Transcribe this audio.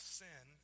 sin